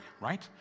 right